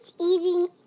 eating